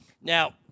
Now